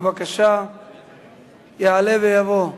בבקשה יעלה ויבוא.